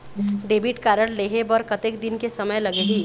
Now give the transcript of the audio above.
Debit card लेहे बर कतेक दिन के समय लगही?